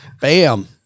Bam